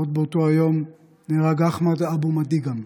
עוד באותו היום נהרג אחמד אבו מדיגם,